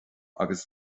agus